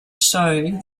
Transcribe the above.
show